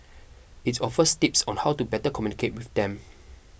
it's offers tips on how to better communicate with them